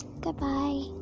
Goodbye